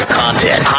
content